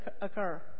occur